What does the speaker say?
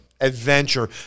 adventure